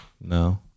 No